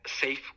safe